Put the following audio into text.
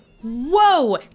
Whoa